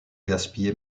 gaspillé